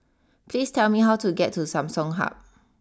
please tell me how to get to Samsung Hub